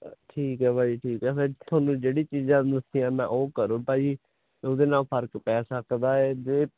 ਠੀਕ ਹੈ ਭਾਅ ਜੀ ਠੀਕ ਆ ਤੁਹਾਨੂੰ ਜਿਹੜੀ ਚੀਜ਼ਾਂ ਦੱਸੀਆਂ ਨਾ ਉਹ ਕਰੋ ਭਾਅ ਜੀ ਉਹਦੇ ਨਾਲ ਫਰਕ ਪੈ ਸਕਦੇ ਏ ਜੇ